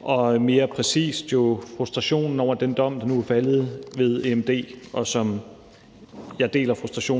og mere præcist om frustrationen over den dom, der nu er faldet ved Den Europæiske